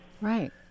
Right